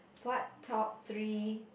what top three